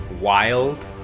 wild